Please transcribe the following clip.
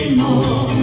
more